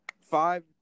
five